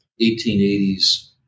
1880s